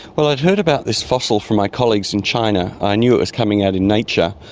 well, i'd heard about this fossil from my colleagues in china. i knew it was coming out in nature,